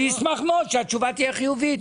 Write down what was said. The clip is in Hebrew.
אני אשמח שהתשובה תהיה חיובית.